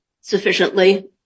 sufficiently